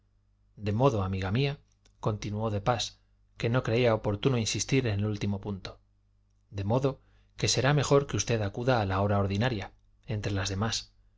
de modo amiga mía continuó de pas que no creía oportuno insistir en el último punto de modo que será mejor que usted acuda a la hora ordinaria entre las demás